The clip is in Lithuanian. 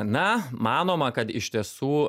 na manoma kad iš tiesų